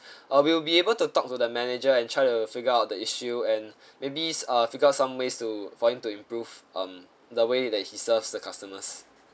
uh we will be able to talk to the manager and try to figure out the issue and maybe uh figure out some ways to for him to improve um the way that he serves the customers